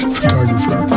photographer